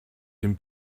dem